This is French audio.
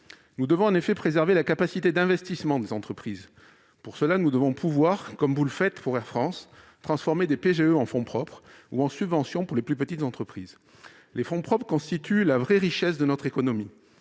Nous devons préserver la capacité d'investissement des entreprises. Pour cela, nous devons pouvoir, comme vous le faites pour Air France, transformer des PGE en fonds propres ou, pour les plus petites entreprises, en subvention. Les fonds propres constituent la vraie richesse de notre économie.